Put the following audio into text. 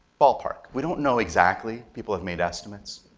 ballpark. we don't know exactly. people have made estimates.